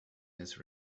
this